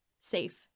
safe